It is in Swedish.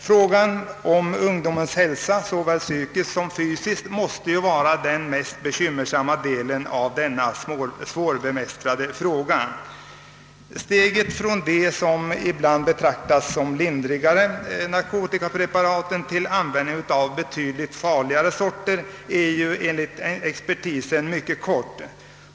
Frågan om ungdomens hälsa, såväl den psykiska som den fysiska, måste vara den mest bekymmersamma delen av denna svårbemästrade fråga. Steget från de narkotikapreparat som betraktas som lindriga till användningen av betydligt farligare sorter är enligt expertisen mycket kort.